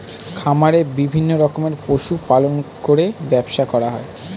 খামারে বিভিন্ন রকমের পশু পালন করে ব্যবসা করা হয়